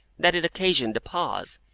that it occasioned a pause,